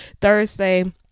Thursday